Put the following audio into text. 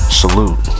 salute